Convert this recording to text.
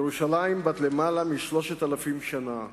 ירושלים היא בת יותר מ-3,000 שנה,